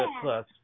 Plus